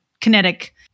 kinetic